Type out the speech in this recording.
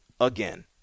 again